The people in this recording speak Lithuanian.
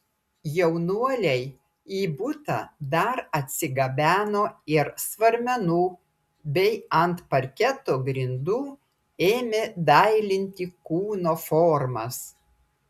jaunuoliai į butą dar atsigabeno ir svarmenų bei ant parketo grindų ėmė dailinti kūno formas